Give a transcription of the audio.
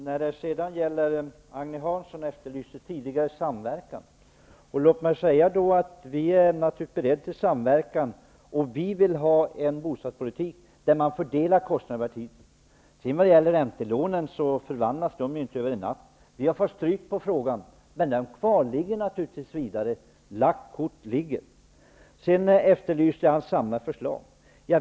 Herr talman! Agne Hansson efterlyste tidigare samverkan. Låt mig säga att vi naturligtvis är beredda till samverkan. Vi vill ha en bostadspolitik där man fördelar kostnaderna över tiden. Räntelånen förvandlas inte över en natt. Vi har fått stryk i den frågan, men den kvarligger naturligtvis tills vidare. Lagt kort ligger. Sedan efterlyste Agne Hansson samlade förslag.